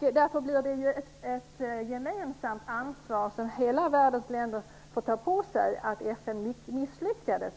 Därför blir det ett gemensamt ansvar som hela världens länder får ta på sig att FN misslyckades.